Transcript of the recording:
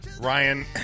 Ryan